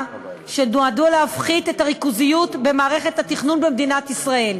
שנועדו להפחית את הריכוזיות במערכת התכנון במדינת ישראל,